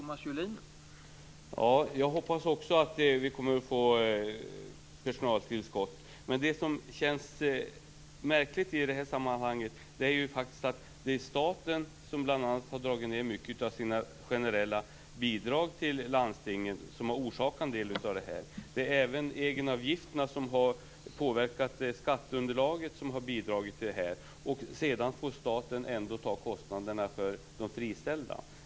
Herr talman! Också jag hoppas att landstingen kommer att få ett personaltillskott. Det som känns märkligt i det här sammanhanget är att det är staten som bl.a. genom att dra ned mycket av sina generella bidrag till landstingen har orsakat en del av det här. Även egenavgifterna har genom att påverka skatteunderlaget bidragit. Sedan får staten ändå ta kostnaderna för de friställda.